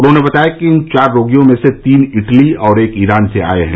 उन्होंने बताया कि इन चार रोगियों में से तीन इटली से और एक ईरान से आये हैं